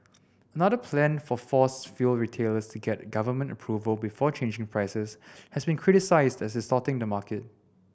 another plan for force fuel retailers to get government approval before changing prices has been criticised as distorting the market